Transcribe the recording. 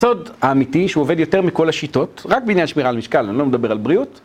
הסוד האמיתי שהוא עובד יותר מכל השיטות, רק בעניין שמירה על משקל, אני לא מדבר על בריאות